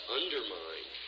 undermine